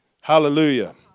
Hallelujah